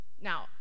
Now